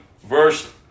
verse